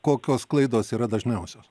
kokios klaidos yra dažniausios